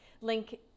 Link